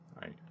Right